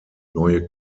neue